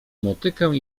motykę